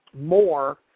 more